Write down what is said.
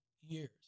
years